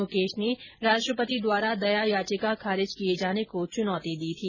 मुकेश ने राष्ट्रपति द्वारा दया याचिका खारिज किये जाने को चुनौती दी थी